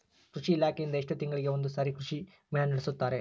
ಕೃಷಿ ಇಲಾಖೆಯಿಂದ ಎಷ್ಟು ತಿಂಗಳಿಗೆ ಒಂದುಸಾರಿ ಕೃಷಿ ಮೇಳ ನಡೆಸುತ್ತಾರೆ?